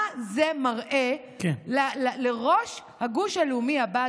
מה זה מראה לראש הגוש הלאומי הבא?